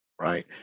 right